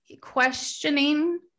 questioning